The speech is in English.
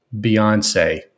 Beyonce